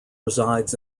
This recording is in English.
resides